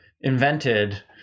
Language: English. invented